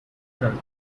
church